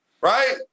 right